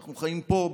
אנחנו חיים פה,